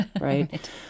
right